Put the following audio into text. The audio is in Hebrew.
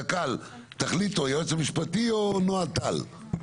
קק"ל, תחליטו, היועץ המשפטי או נעה טל?